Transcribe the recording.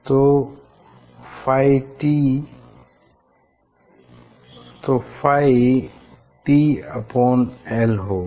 तो फाइ t l होगा